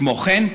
כמו כן,